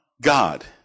God